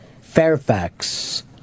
Fairfax